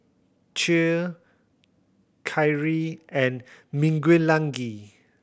Che Kyrie and Miguelangel